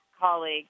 colleague